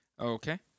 Okay